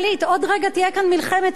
עוד רגע תהיה כאן מלחמת עולם.